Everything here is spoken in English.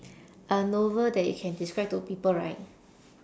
a novel that you can describe to people right